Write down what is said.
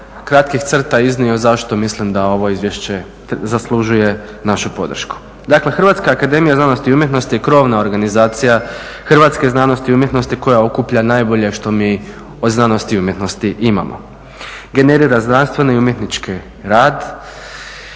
kratkih crta iznio zašto mislim da ovo izvješće zaslužuje našu podršku. Dakle Hrvatska akademija znanosti i umjetnosti je krovna organizacija hrvatske znanosti i umjetnosti koja okuplja najbolje što mi od znanosti i umjetnosti imamo. Generira znanstveni i umjetnički rad